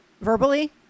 verbally